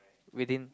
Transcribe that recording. within